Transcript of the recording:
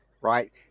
right